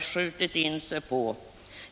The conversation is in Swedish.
skjutit in sig.